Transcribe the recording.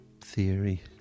theory